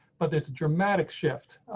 but there's a dramatic shift.